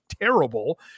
terrible